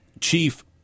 Chief